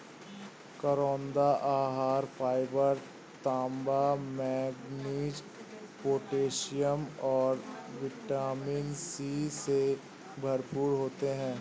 करौंदा आहार फाइबर, तांबा, मैंगनीज, पोटेशियम और विटामिन सी से भरपूर होते हैं